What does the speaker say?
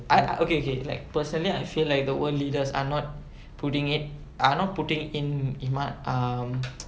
I I okay K like personally I feel like the world leaders are not putting it uh are not putting it in in my um